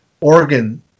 organ